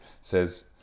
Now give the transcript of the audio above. says